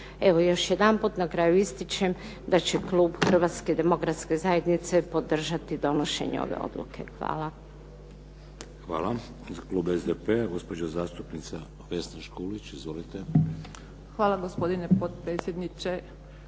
Evo još jedanput na kraju ističem da će klub Hrvatske demokratske zajednice podržati donošenje ove odluke. Hvala. **Šeks, Vladimir (HDZ)** Hvala. Klub SDP-a, gospođa zastupnica Vesna Škulić. Izvolite. **Škulić, Vesna (SDP)** Hvala gospodine potpredsjedniče,